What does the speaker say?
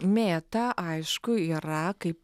mėta aišku yra kaip